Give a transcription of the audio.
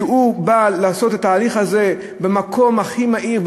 שבא לעשות את ההליך הזה במקום שבו זה הכי מהיר,